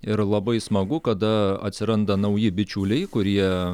ir labai smagu kada atsiranda nauji bičiuliai kurie